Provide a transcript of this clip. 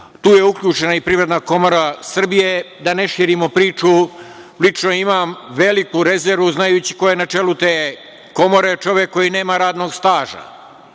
tu je uključena i Privredna komora Srbije, da ne širimo priču. Lično imam veliku rezervu, znajući ko je na čelu te komore, čovek koji nema radnog staža.